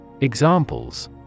Examples